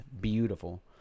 beautiful